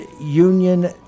Union